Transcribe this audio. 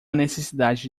necessidade